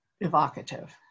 evocative